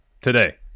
today